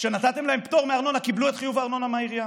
שנתתם להם פטור מארנונה קיבלו את חיוב הארנונה מהעירייה.